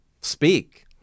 speak